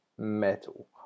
Metal